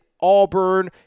Auburn